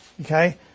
Okay